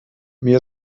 mir